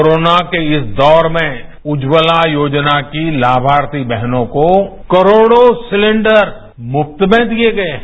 corona के इस दौर में उज्ज्वला योजना की लामार्थी बहनों को करोडों सिलेंडर मुफ्त में दिए गए हैं